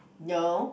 no